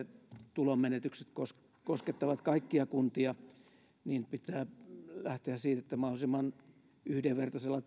tulonmenetykset koskettavat kaikkia kuntia niin pitää lähteä siitä että mahdollisimman yhdenvertaisella